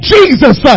Jesus